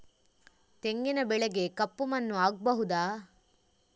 ತೆಂಗಿನ ಬೆಳೆಗೆ ಕಪ್ಪು ಮಣ್ಣು ಆಗ್ಬಹುದಾ?